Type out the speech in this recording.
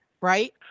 right